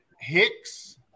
Hicks